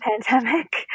pandemic